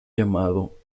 llamado